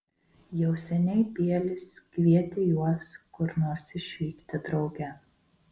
jau seniai bielis kvietė juos kur nors išvykti drauge